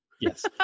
yes